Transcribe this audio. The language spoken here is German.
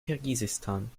kirgisistan